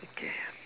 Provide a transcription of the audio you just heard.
okay